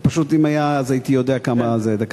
פשוט אם היה, אז הייתי יודע כמה זה דקה.